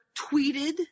tweeted